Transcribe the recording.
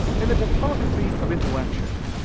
in the topography of intellection,